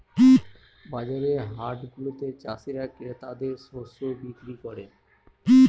বাজার হাটগুলাতে চাষীরা ক্রেতাদের শস্য বিক্রি করে